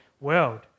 world